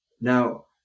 Now